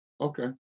Okay